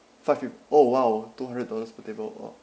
five peo~ oh !wow! two hundred dollars per table !wah!